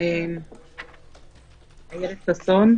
אילת ששון,